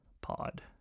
pod